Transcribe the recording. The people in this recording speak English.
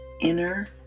inner